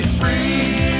free